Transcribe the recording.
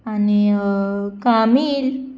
आनी कामील